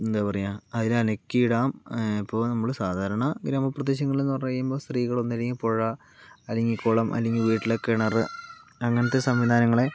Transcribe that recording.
എന്താ പറയുക അതിൽ അലക്കി ഇടാം അപ്പോൾ നമ്മൾ സാധാരണ ഗ്രാമപ്രദേശങ്ങളിൽ എന്ന് പറയുമ്പോൾ സ്ത്രീകൾ ഒന്നുങ്കിൽ പുഴ അല്ലെങ്കിൽ കുളം അല്ലെങ്കിൽ വീട്ടിലെ കിണർ അങ്ങനത്തെ സംവിധാനങ്ങളെ